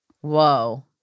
Whoa